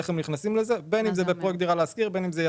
איך הם נכנסים לזה,